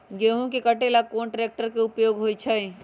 गेंहू के कटे ला कोंन ट्रेक्टर के उपयोग होइ छई?